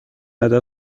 عدد